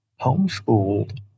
Homeschooled